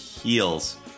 heels